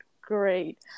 great